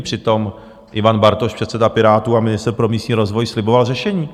Přitom Ivan Bartoš, předseda Pirátů a ministr pro místní rozvoj, sliboval řešení.